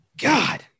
God